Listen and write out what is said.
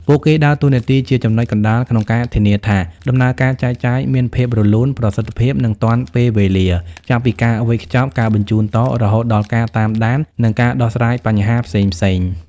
ពួកគេដើរតួនាទីជាចំណុចកណ្តាលក្នុងការធានាថាដំណើរការចែកចាយមានភាពរលូន ប្រសិទ្ធភាព និងទាន់ពេលវេលា ចាប់ពីការវេចខ្ចប់ ការបញ្ជូនបន្ត រហូតដល់ការតាមដាន និងការដោះស្រាយបញ្ហាផ្សេងៗ។